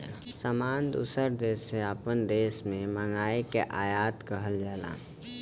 सामान दूसर देस से आपन देश मे मंगाए के आयात कहल जाला